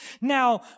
Now